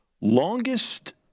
Longest